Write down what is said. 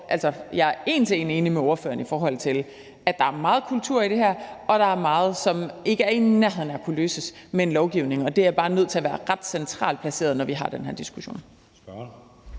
jeg er en til en enig med spørgeren, i forhold til at der er meget kultur i det her, og at der er meget, som ikke er i nærheden af at kunne løses med lovgivning, og det er bare nødt til at være ret centralt placeret, når vi har den her diskussion.